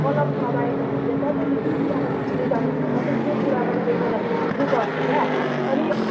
कलम समाएपछि चाहिँ तपाईँले ती कुराको भित्र जानुभयो तपाईँ त्यो कुरामा तपाईँ पहिला भिज्नुपर्छ क्या अनि